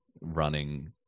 running